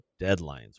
deadlines